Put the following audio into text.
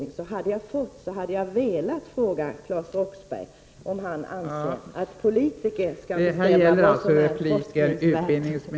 Om jag hade fått, hade jag som avslutning velat fråga Claes Roxbergh ——